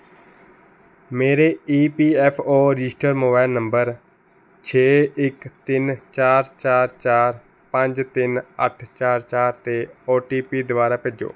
ਮੇਰੇ E P F O register mobile number ਛੇ ਇੱਕ ਤਿੰਨ ਚਾਰ ਚਾਰ ਚਾਰ ਪੰਜ ਤਿੰਨ ਅੱਠ ਚਾਰ ਚਾਰ 'ਤੇ ਓ ਟੀ ਪੀ ਦੁਬਾਰਾ ਭੇਜੋ